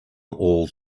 all